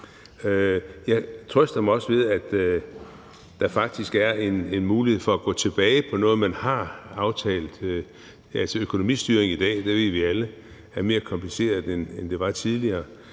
Jeg trøster mig også ved, at der faktisk er en mulighed for at gå tilbage i forhold til noget, man har aftalt. Økonomistyring i dag er mere kompliceret – det